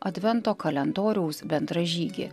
advento kalendoriaus bendražygį